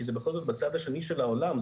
כי בכל זאת בצד השני של העולם,